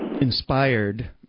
inspired